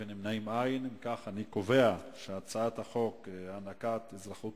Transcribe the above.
ההצעה להעביר את הצעת חוק הענקת אזרחות